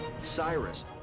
Cyrus